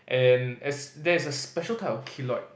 and as there's a special type of keloid